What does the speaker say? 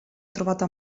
trovata